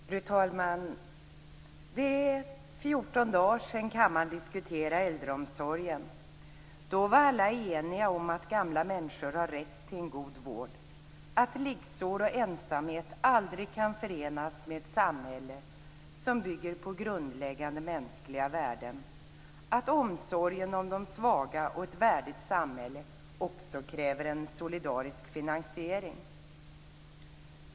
Fru talman! För 14 dagar sedan diskuterade kammaren äldreomsorgen. Då var alla eniga om att gamla människor har rätt till en god vård - att liggsår och ensamhet aldrig kan förenas med ett samhälle som bygger på grundläggande humanitära värden - och om att omsorgen om de svaga och ett värdigt samhälle också kräver en solidarisk finansiering.